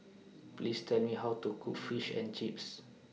Please Tell Me How to Cook Fish and Chips